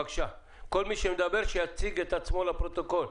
בבקשה, כל מי שמדבר שיציג את עצמו לפרוטוקול.